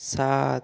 সাত